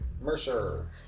Mercer